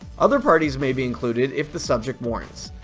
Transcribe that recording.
other parties may be included if the subject warrants.